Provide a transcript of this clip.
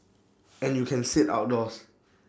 and you can sit outdoors